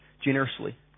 generously